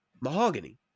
mahogany